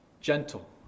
gentle